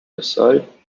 lasalle